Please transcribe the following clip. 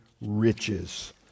riches